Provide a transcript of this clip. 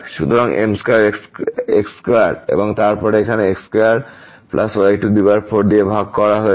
সুতরাং m2 x2 এবং তারপর এখানে x2y4 দিয়ে ভাগ করা হয়েছে